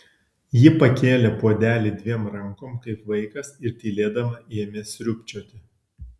ji pakėlė puodelį dviem rankom kaip vaikas ir tylėdama ėmė sriubčioti